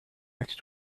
next